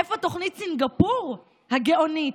איפה תוכנית סינגפור הגאונית?